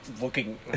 looking